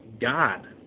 God